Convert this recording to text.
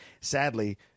sadly